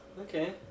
Okay